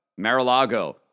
Marilago